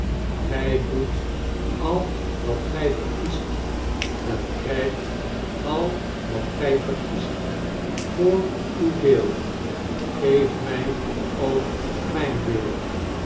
gij doet al wat gij verkiest en krijgt al wat gij verkiest voor uw deel geef mij ook mijn deel